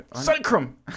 Sacrum